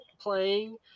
playing